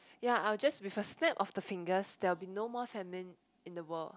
ya I would just with a snap of the finger there will be no more famine in the world